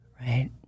right